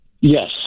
Yes